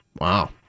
Wow